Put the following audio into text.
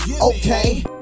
Okay